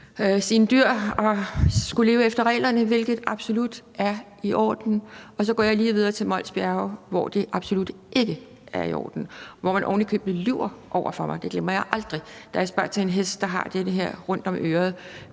sine dyr og skulle leve efter reglerne, hvilket absolut er i orden, og så går jeg lige videre til Mols Bjerge, hvor det absolut ikke er i orden, og hvor man ovenikøbet lyver over for mig – det glemmer jeg aldrig – da jeg spørger til en hest, der har den her ting rundt om øret.